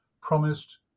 promised